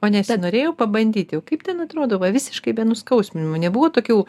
o nesinorėjo pabandyti o kaip ten atrodo va visiškai be nuskausminimo nebuvo tokių